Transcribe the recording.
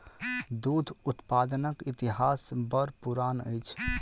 दूध उत्पादनक इतिहास बड़ पुरान अछि